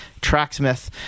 Tracksmith